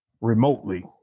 remotely